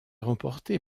remportée